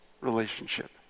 relationship